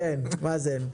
כן, מאזן.